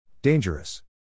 Dangerous